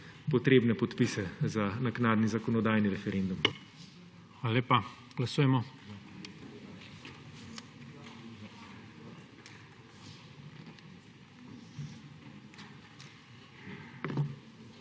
potrebne podpise za naknadni zakonodajni referendum.